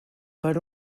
per